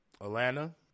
Atlanta